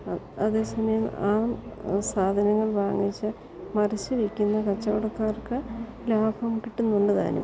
അതേ സമയം ആ സാധനങ്ങൾ വാങ്ങിച്ച് മറിച്ചു വിൽക്കുന്ന കച്ചവടക്കാർക്ക് ലാഭം കിട്ടുന്നുണ്ട് താനും